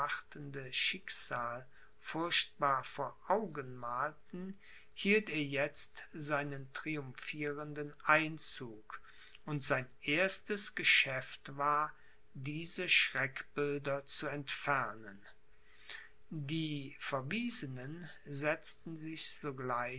furchtbar vor augen malten hielt er jetzt seinen triumphierenden einzug und sein erstes geschäft war diese schreckbilder zu entfernen die verwiesenen setzten sich sogleich